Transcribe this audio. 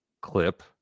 clip